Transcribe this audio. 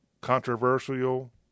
controversial